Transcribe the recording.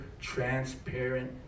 transparent